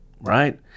right